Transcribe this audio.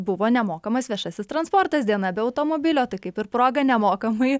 buvo nemokamas viešasis transportas diena be automobilio tai kaip ir proga nemokamai